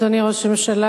אדוני ראש הממשלה,